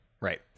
right